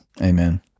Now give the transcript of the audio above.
Amen